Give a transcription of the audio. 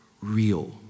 real